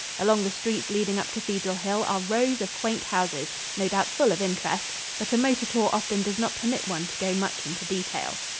along the streets leading up cathedral hill are rows of quaint houses, no doubt full of interest but a motor tour often does not permit one to go much into detail.